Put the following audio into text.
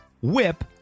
Whip